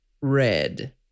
red